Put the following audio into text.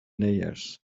layers